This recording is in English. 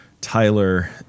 Tyler